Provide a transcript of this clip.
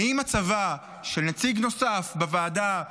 האם הצבה של נציג נוסף בוועדה,